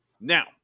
Now